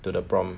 to the prompt